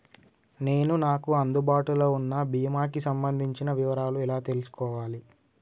నేను నాకు అందుబాటులో ఉన్న బీమా కి సంబంధించిన వివరాలు ఎలా తెలుసుకోవాలి?